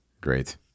Great